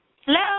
Hello